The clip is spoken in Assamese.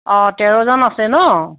অঁ তেৰজন আছে নহ্